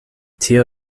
tio